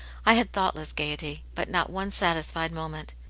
i had thoughtless gaiety, but not one satisfied moment.